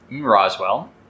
Roswell